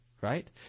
right